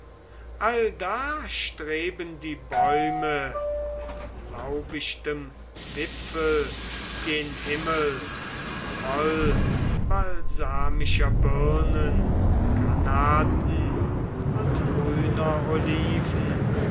allda streben die bäume mit laubichtem wipfel gen himmel voll balsamischer birnen granaten und grüner oliven